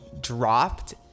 dropped